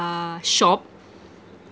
shop